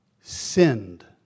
sinned